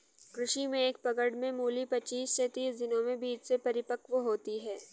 कृषि में एक पकड़ में मूली पचीस से तीस दिनों में बीज से परिपक्व होती है